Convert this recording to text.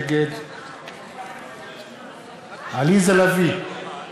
נגד עליזה לביא, אינה נוכחת ציפי